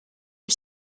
are